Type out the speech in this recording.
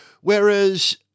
Whereas